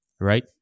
right